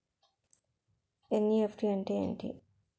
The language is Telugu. ఎన్.ఈ.ఎఫ్.టి అంటే ఎంటి?